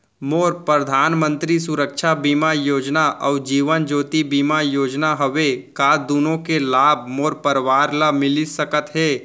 मोर परधानमंतरी सुरक्षा बीमा योजना अऊ जीवन ज्योति बीमा योजना हवे, का दूनो के लाभ मोर परवार ल मिलिस सकत हे?